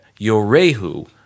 Yorehu